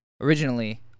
originally